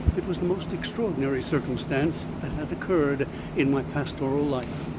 it was the most extraordinary circumstance that had occurred in my pastoral life.